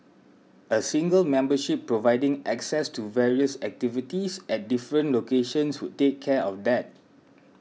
a single membership providing access to various activities at different locations would take care of that